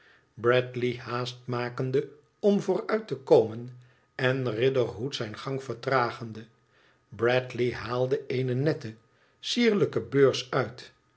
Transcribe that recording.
btadley haast makende om vooruit te komen en riderhood zijn gang vertragende bradley haalde eene nette sierlijke beurs uit